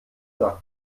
nach